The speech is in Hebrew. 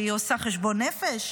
שהיא עושה חשבון נפש.